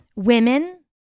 Women